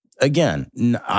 Again